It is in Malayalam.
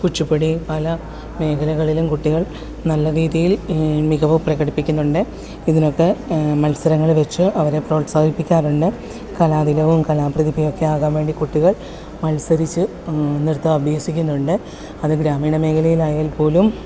കുച്ചിപ്പുടി പല മേഖലകളിലും കുട്ടികൾ നല്ല രീതിയിൽ മികവ് പ്രകടിപ്പിക്കുന്നുണ്ട് ഇതിനൊക്കെ മത്സരങ്ങൾ വച്ച് അവരെ പ്രോത്സാഹിപ്പിക്കാറുണ്ട് കലാതിലകോം കലാപ്രതിഭയൊക്കെ ആകാൻ വേണ്ടി കുട്ടികൾ മത്സരിച്ച് നൃത്തം ആഭിസിക്കുന്നുണ്ട് അത് ഗ്രാമീണ മേഖലയിലായാൽ പോലും